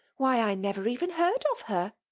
why, i never even heard of her!